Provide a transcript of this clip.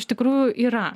iš tikrųjų yra